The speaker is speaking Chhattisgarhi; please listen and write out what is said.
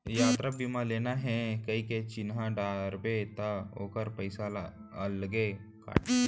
यातरा बीमा लेना हे कइके चिन्हा डारबे त ओकर पइसा ल अलगे काटथे